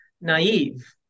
naive